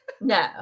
No